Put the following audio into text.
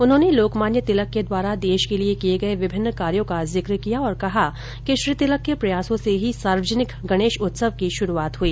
उन्होंने लोकमान्य तिलक के द्वारा देश के लिए किए गए विभिन्न कार्यो का जिक्र किया और कहा कि श्री तिलक के प्रयासों से ही सार्वजनिक गणेश उत्सव की शुरूआत हई